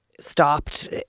stopped